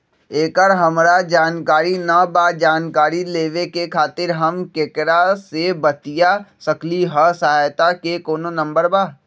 एकर हमरा जानकारी न बा जानकारी लेवे के खातिर हम केकरा से बातिया सकली ह सहायता के कोनो नंबर बा?